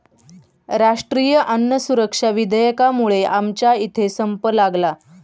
राष्ट्रीय अन्न सुरक्षा विधेयकामुळे आमच्या इथे संप लागला